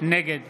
נגד